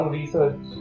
research